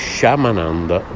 Shamananda